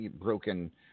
broken